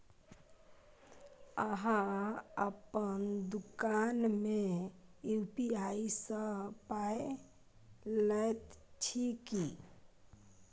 अहाँ अपन दोकान मे यू.पी.आई सँ पाय लैत छी की?